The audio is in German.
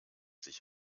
sich